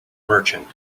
merchant